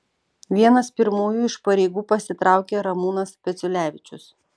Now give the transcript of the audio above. vienas pirmųjų iš pareigų pasitraukė ramūnas peciulevičius